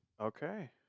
Okay